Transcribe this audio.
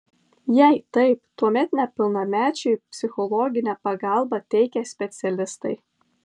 jei taip tuomet nepilnamečiui psichologinę pagalbą teikia specialistai